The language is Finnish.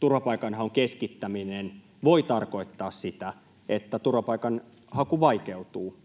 turvapaikanhaun keskittäminen voi tarkoittaa sitä, että turvapaikanhaku vaikeutuu